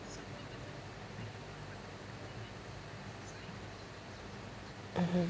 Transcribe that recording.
mmhmm